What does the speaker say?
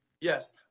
Yes